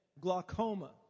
glaucoma